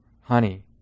Honey